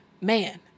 man